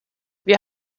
wir